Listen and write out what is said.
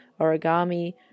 origami